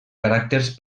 caràcters